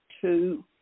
two